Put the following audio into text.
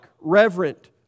reverent